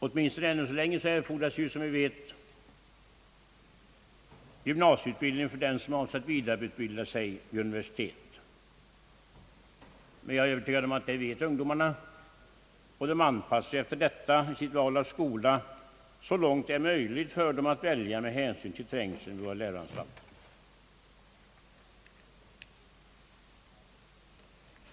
Åtminstone ännu så länge erfordras som vi vet gymnasieutbildning för den som Önskar utbilda sig vid universitet, men jag är övertygad om att ungdomarna vet det och att de anpassar sig efter detta vid sitt val av skola så långt det är möjligt för dem att välja med hänsyn till trängseln vid våra läroanstalter.